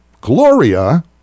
Gloria